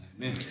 Amen